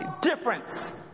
difference